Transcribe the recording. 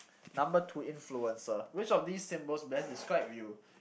number two influencer which of these symbols best describe you